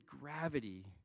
gravity